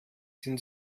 sind